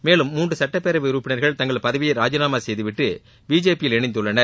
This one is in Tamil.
மேலும் மூன்று சட்டப் பேரவை உறுப்பினர்கள் தங்கள் பதவியை ராஜினாமா செய்து விட்டு பிஜேபி யில் இணைந்துள்ளனர்